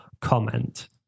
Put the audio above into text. comment